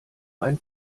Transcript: ein